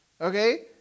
okay